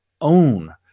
own